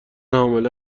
حامله